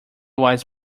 was